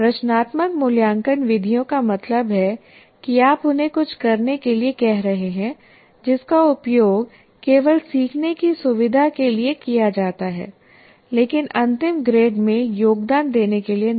रचनात्मक मूल्यांकन विधियों का मतलब है कि आप उन्हें कुछ करने के लिए कह रहे हैं जिसका उपयोग केवल सीखने की सुविधा के लिए किया जाता है लेकिन अंतिम ग्रेड में योगदान देने के लिए नहीं